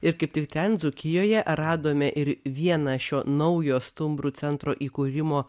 ir kaip tik ten dzūkijoje radome ir vieną šio naujo stumbrų centro įkūrimo